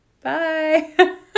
bye